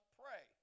pray